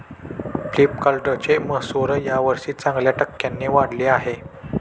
फ्लिपकार्टचे महसुल यावर्षी चांगल्या टक्क्यांनी वाढले आहे